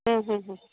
ಹ್ಞೂ ಹ್ಞೂ ಹ್ಞೂ